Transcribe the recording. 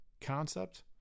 concept